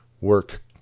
work